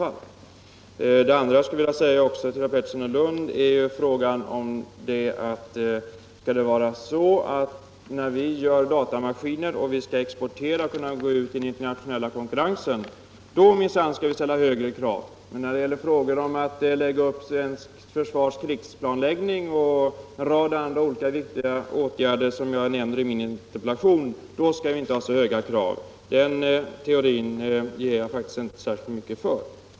Skall det f. ö. vara så, herr Pettersson i Lund, att när vi gör datamaskiner för export och skall gå ut i den internationella konkurrensen skall vi minsann ställa högre krav, men när det gäller det svenska försvarets krigsplanläggning och en rad andra viktiga ting — som jag nämner i min 225 interpellation — skall vi inte ha så höga krav? Den teorin ger jag faktiskt inte särskilt mycket för.